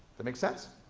that make sense?